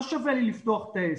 לא שווה לי לפתוח את העסק,